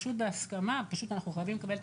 פשוט בהסכמה אנחנו חייבים לקבל את